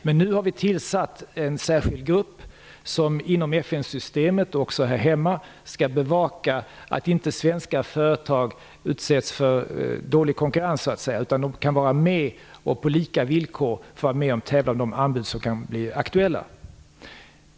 Men nu har vi tillsatt en särskild grupp som inom FN systemet och även här hemma skall bevaka att svenska företag inte utsätts för "dålig" konkurrens utan kan vara med och tävla på lika villkor om de anbud som kan bli aktuella.